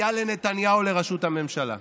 היה לנתניהו לראשות הממשלה.